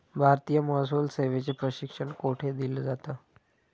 भारतीय महसूल सेवेचे प्रशिक्षण कोठे दिलं जातं?